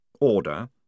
order